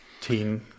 teen